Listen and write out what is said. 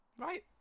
Right